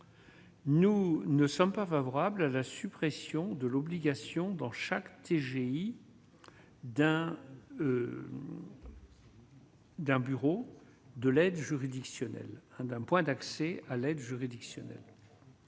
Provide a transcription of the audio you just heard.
Nous ne sommes pas favorables à la suppression de l'obligation dans chaque TGI d'un. D'un bureau de l'aide juridictionnelle, d'un point d'accès à l'aide juridictionnelle.